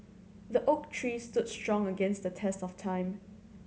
the oak tree stood strong against the test of time